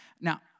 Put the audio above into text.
Now